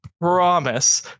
promise